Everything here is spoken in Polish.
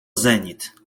zenit